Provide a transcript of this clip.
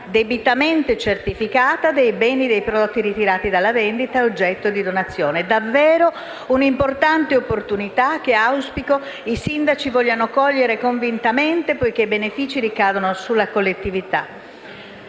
debitamente certificata, dei beni e dei prodotti ritirati dalla vendita e oggetto di donazione. È davvero un'importante opportunità, che auspico i sindaci vogliano cogliere convintamente, poiché i benefici ricadono sulla collettività.